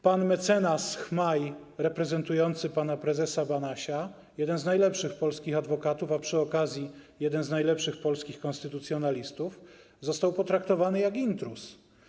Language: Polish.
Pan mecenas Chmaj reprezentujący pana prezesa Banasia, jeden z najlepszych polskich adwokatów, a przy okazji jeden z najlepszych polskich konstytucjonalistów, został potraktowany jak intruz.